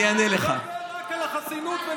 דבר רק על החסינות.